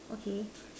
okay